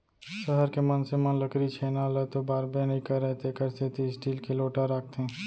सहर के मनसे मन लकरी छेना ल तो बारबे नइ करयँ तेकर सेती स्टील के लोटा राखथें